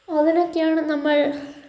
അതിനൊക്കെയാണ് നമ്മൾ